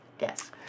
Yes